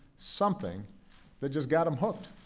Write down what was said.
something that just got them hooked.